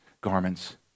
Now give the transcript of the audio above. garments